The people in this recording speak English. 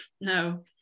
No